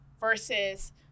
versus